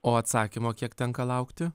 o atsakymo kiek tenka laukti